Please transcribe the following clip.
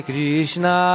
Krishna